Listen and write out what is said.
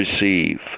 receive